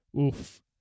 Oof